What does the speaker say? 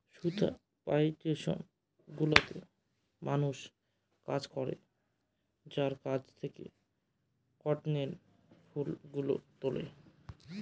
সুতা প্লানটেশন গুলোতে মানুষ কাজ করে যারা গাছ থেকে কটনের ফুল গুলো তুলে